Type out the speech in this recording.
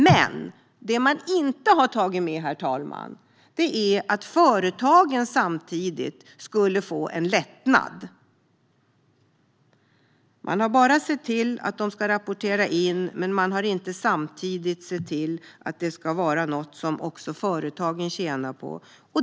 Men det man inte har tagit med, herr talman, är att företagen samtidigt skulle få en lättnad. Man har bara sett till att de ska rapportera in. Man har inte samtidigt sett till att det ska vara något som också företagen tjänar på.